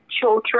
children